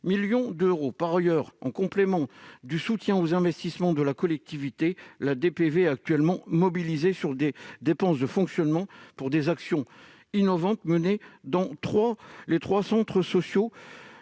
millions d'euros. Par ailleurs, en complément du soutien aux investissements de la collectivité, la DPV est actuellement mobilisée sur des dépenses de fonctionnement pour des actions innovantes menées dans les trois centres sociaux